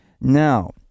Now